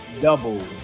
double